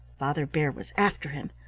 father bear was after him,